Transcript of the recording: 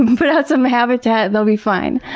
put out some habitat, they'll be fine.